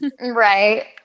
Right